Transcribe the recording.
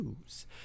news